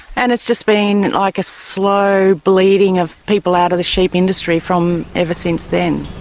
and it's just been and like a slow bleeding of people out of the sheep industry from ever since then.